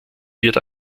wird